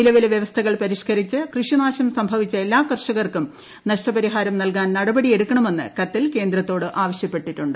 നിലവിലെ വ്യവസ്ഥകൾ പരിഷ്കരിച്ച് കൃഷിനാശം സംഭവിച്ചു ശില്ലാ കർഷകർക്കും നഷ്ടപരിഹാരം നൽകാൻ നട്ടപ്ടിക്യ്ടുക്കണമെന്ന് കത്തിൽ കേന്ദ്രത്തോട് ആവശ്യപ്പെട്ടിട്ടുണ്ട്